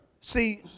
See